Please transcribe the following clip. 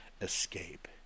escape